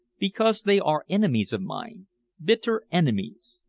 because they are enemies of mine bitter enemies.